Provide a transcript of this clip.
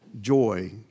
joy